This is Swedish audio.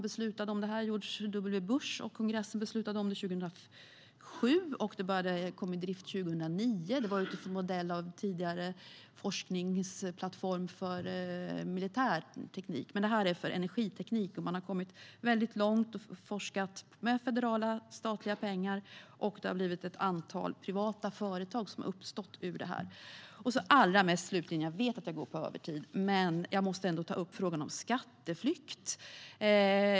George W Bush och kongressen beslutade om det 2007, och det kom i drift 2009. Det var utifrån en modell av en tidigare forskningsplattform för militär teknik, men detta är för energiteknik. Man har kommit långt och forskat med statliga pengar, och ett antal privata företag har uppstått ur detta. Till sist måste jag ta upp frågan om skatteflykt.